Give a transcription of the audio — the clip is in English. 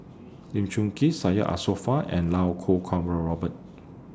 Lee Choon Kee Syed Alsagoff and Lau Kuo Kwong Robert